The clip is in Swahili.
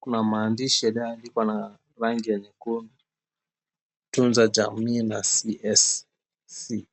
Kuna maandishi yaliyoandikwa na rangi ya nyekundu, "Tunza Jamii na CSC,